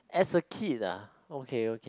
as a kid ah okay okay